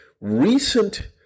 recent